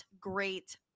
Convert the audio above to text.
great